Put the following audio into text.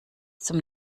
zum